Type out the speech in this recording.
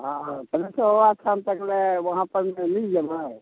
हँ पञ्चोबा अस्थान तकलए वहाँपर कोइ मिल जेबै